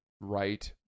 right